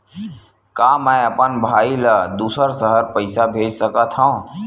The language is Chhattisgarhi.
का मैं अपन भाई ल दुसर शहर पईसा भेज सकथव?